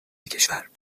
کشور